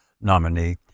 nominee